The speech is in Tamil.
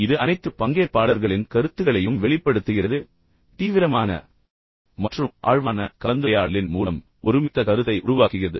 இது அனைத்து பங்கேற்பாளர்களின் கருத்துகளையும் வெளிப்படுத்துகிறது மற்றும் தீவிரமான மற்றும் ஆழ்வான கலந்துரையாடலின் மூலம் ஒருமித்த கருத்தை உருவாக்குகிறது